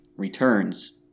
returns